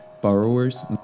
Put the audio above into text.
borrowers